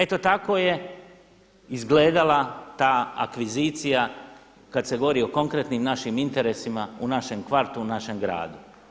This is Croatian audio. Eto tako je izgledala ta akvizicija kada se govori o konkretnim našim interesima u našem kvartu u našem gradu.